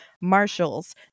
marshals